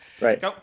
Right